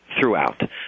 throughout